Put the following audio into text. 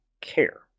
care